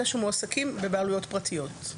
אלה שמועסקים בבעלויות פרטיות.